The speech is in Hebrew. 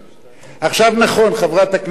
עכשיו, נכון, חברת הכנסת גלאון,